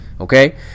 okay